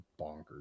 bonkers